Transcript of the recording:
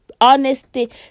honesty